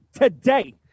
Today